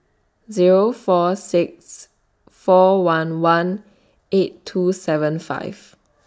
Zero four six four one one eight two seven five